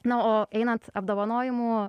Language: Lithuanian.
na o einant apdovanojimų